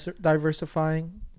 diversifying